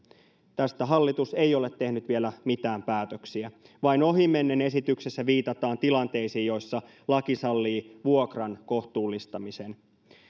tästä hallitus ei ole tehnyt vielä mitään päätöksiä vain ohimennen esityksessä viitataan tilanteisiin joissa laki sallii vuokran kohtuullistamisen